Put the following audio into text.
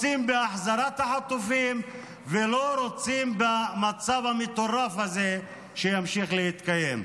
רוצים בהחזרת החטופים ולא רוצים שהמצב המטורף הזה ימשיך להתקיים.